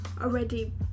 already